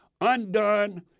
undone